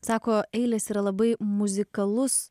sako eilės yra labai muzikalus